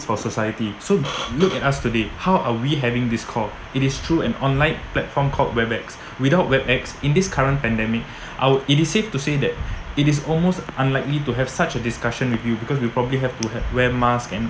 for society so look at us today how are we having this call it is through an online platform called webex without webex in this current pandemic our it is safe to say that it is almost unlikely to have such a discussion with you because you probably have to ha~ wear mask and